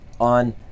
on